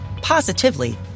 positively